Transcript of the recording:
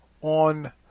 on